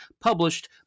published